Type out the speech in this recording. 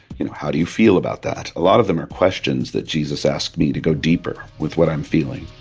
you know, how do you feel about that? a lot of them are questions that jesus asked me to go deeper with what i'm feeling